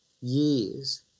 years